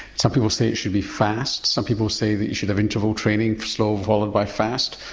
some people say it should be fast, some people say that you should have interval training, slow followed by fast.